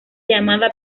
llamada